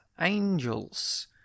angels